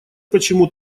почему